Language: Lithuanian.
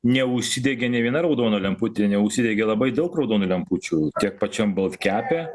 neužsidegė nė viena raudona lemputė neužsidegė labai daug raudonų lempučių tiek pačiam bolt kepe